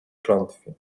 klątwie